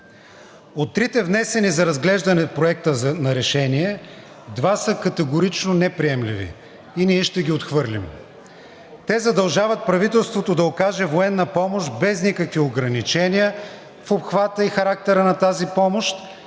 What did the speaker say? От трите внесени за разглеждане проекти на решения, два са категорично неприемливи и ние ще ги отхвърлим. Те задължават правителството да окаже военна помощ без никакви ограничения в обхвата и характера на тази помощ